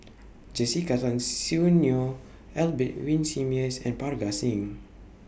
Jessica Tan Soon Neo Albert Winsemius and Parga Singh